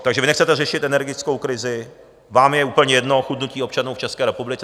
Takže vy nechcete řešit energetickou krizi, vám je úplně jedno chudnutí občanů v České republice.